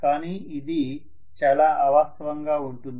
కానీ ఇది చాలా అవాస్తవంగా ఉంటుంది